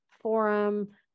forum